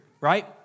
right